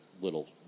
little